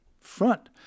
front